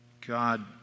God